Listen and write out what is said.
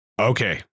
okay